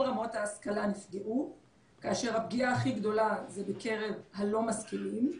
רמות ההשכלה נפגעו כאשר הפגיעה הכי גדולה זה בקרב הלא משכילים.